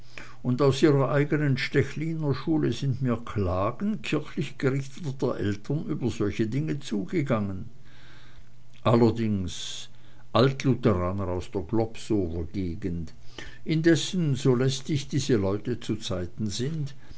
und aus ihrer eigenen stechliner schule sind mir klagen kirchlich gerichteter eltern über solche dinge zugegangen allerdings altlutheraner aus der globsower gegend indessen so lästig diese leute zuzeiten sind